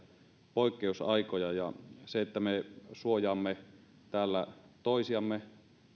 poikkeusaikoja ja se että me suojaamme täällä toisiamme